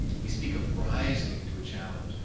we speak of rising to a challenge,